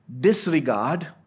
disregard